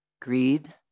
greed